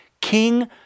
King